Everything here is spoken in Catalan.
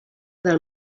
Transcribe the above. del